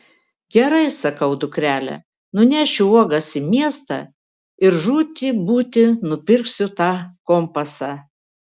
gerai sakau dukrele nunešiu uogas į miestą ir žūti būti nupirksiu tą kompasą